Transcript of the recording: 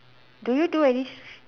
do you do any